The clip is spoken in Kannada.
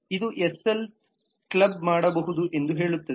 ಇದು ಎಸ್ಎಲ್ನ್ನು ಕ್ಲಬ್ ಮಾಡಬಹುದು ಎಂದು ಹೇಳುತ್ತದೆ